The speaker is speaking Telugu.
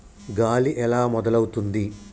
గాలి ఎలా మొదలవుతుంది?